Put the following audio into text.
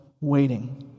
waiting